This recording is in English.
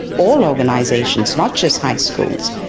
all organisations not just high schools,